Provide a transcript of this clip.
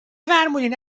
فرمودید